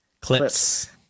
Clips